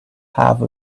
have